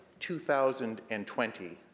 2020